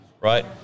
Right